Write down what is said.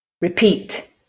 repeat